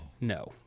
No